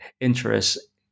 interest